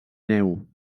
neu